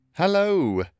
Hello